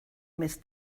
més